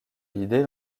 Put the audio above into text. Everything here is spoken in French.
l’idée